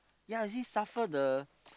yea you see suffer the